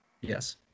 Yes